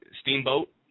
Steamboat